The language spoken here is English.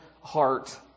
heart